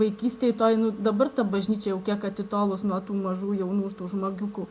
vaikystėj toj nu dabar ta bažnyčia jau kiek atitolus nuo tų mažų jaunų žmogiukų